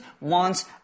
wants